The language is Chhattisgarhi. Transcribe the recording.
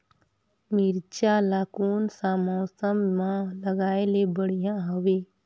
मिरचा ला कोन सा मौसम मां लगाय ले बढ़िया हवे